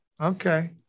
Okay